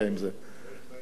לך יש בעיה עם הערבים.